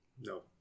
No